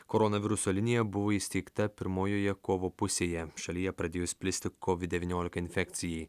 koronaviruso linija buvo įsteigta pirmojoje kovo pusėje šalyje pradėjus plisti covid devyniolika infekcijai